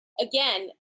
again